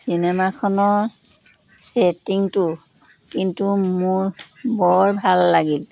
চিনেমাখনৰ ছেটিংটো কিন্তু মোৰ বৰ ভাল লাগিল